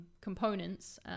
components